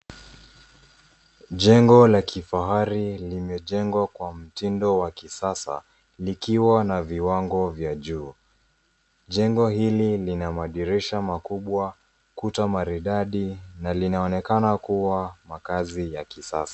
Jengo la kifahari limejengwa kwa mtindo wa kisasa likiwa na viwango vya juu. Jengo hili lina madirisha makubwa, kuta maridadi na linaonekana kuwa makazi ya kisasa.